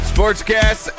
SportsCast